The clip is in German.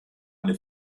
eine